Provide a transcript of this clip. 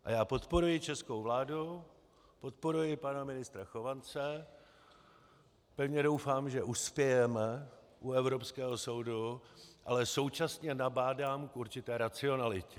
A já podporuji českou vládu, podporuji i pana ministra Chovance, pevně doufám, že uspějeme u Evropského soudu, ale současně nabádám k určité racionalitě.